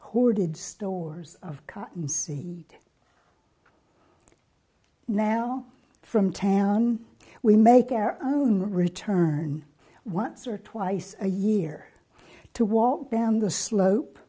did stores of cotton see now from town we make our own return once or twice a year to walk down the slope